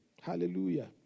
hallelujah